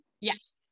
Yes